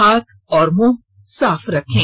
हाथ और मुंह साफ रखें